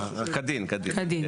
כדין, כדין.